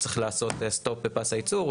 הוא צריך לעשות סטופ בפס הייצור,